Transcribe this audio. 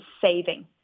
saving